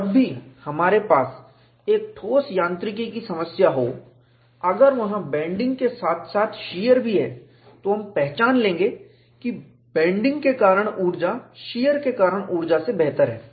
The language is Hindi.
जब भी हमारे पास एक ठोस यांत्रिकी की समस्या हो अगर वहाँ बेन्डिंग के साथ साथ शीयर भी है तो हम पहचान लेंगे कि बेन्डिंग के कारण ऊर्जा शीयर के कारण ऊर्जा से बेहतर है